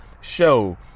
show